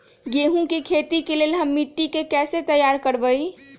गेंहू की खेती के लिए हम मिट्टी के कैसे तैयार करवाई?